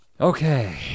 Okay